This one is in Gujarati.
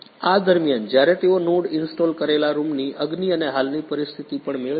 આ દરમિયાન જ્યારે તેઓ નોડ ઇન્સ્ટોલ કરેલા રૂમની અગ્નિ અને હાલની પરિસ્થિતિ પણ મેળવે છે